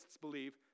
believe